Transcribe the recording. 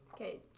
Okay